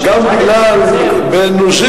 זה גם בגלל, מה שאפשר